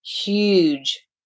huge